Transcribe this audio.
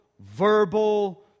verbal